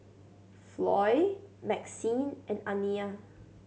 Floy Maxine and Aniya